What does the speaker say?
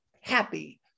happy